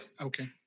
Okay